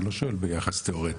אני לא שואל ביחס תיאורטי.